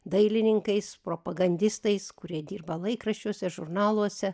dailininkais propagandistais kurie dirba laikraščiuose žurnaluose